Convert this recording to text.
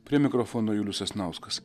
prie mikrofono julius sasnauskas